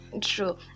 True